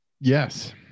Yes